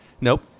nope